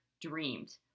dreamed